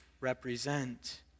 represent